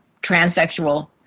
transsexual